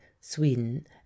sweden